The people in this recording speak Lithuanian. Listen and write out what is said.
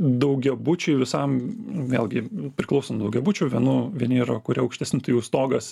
daugiabučiui visam vėlgi priklauso nuo daugiabučių vienų vieni yra kurie aukštesni tai jų stogas